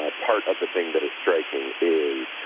ah part of the thing that is striking is